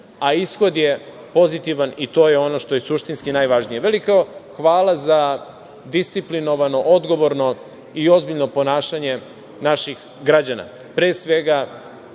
a ishod je pozitivan i to je ono što je suštinski najvažnije. Veliko hvala za disciplinovano, odgovorno i ozbiljno ponašanje naših građana, pre svega,